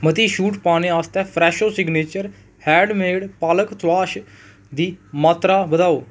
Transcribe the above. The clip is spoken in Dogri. मती छूट पाने आस्तै Fresho signature handmade palak lavash दी मात्तरा बधाओ